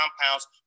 compounds